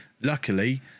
Luckily